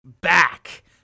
back